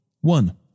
One